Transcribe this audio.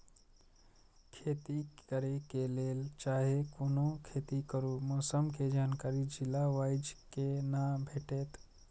खेती करे के लेल चाहै कोनो खेती करू मौसम के जानकारी जिला वाईज के ना भेटेत?